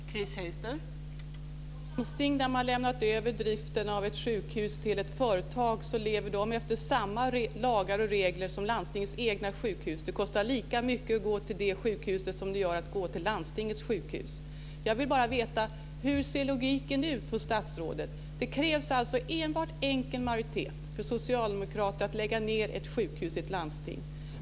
Fru talman! I de landsting där man lämnat över driften av ett sjukhus till ett företag lever de efter samma lagar och regler som landstingets egna sjukhus. Det kostar lika mycket att gå till det sjukhuset som det gör att gå till landstingets sjukhus. Jag vill bara veta hur logiken ser ut hos statsrådet. Det krävs alltså enbart enkel majoritet för socialdemokrater att lägga ned ett sjukhus i ett landsting.